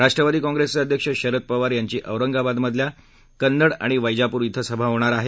राष्ट्रवादी काँग्रेसचे अध्यक्ष शरद पवार यांची औरंगाबाद मधल्या कन्नड आणि वैजापूर क्रिं सभा होणार आहे